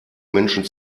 menschen